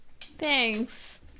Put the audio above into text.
Thanks